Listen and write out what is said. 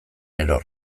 eror